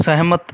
ਸਹਿਮਤ